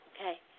okay